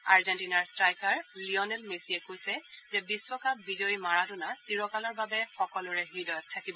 আৰ্জেণ্টিনাৰ striker Lionel মেছিয়ে কৈছে যে বিশ্বকাপ বিজয়ী মাৰাডোনা চিৰকালৰ বাবে সকলোৰে হৃদয়ত থাকিব